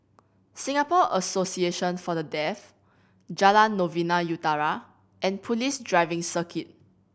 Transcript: Singapore Association For The Deaf Jalan Novena Utara and Police Driving Circuit